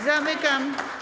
Zamykam.